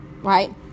right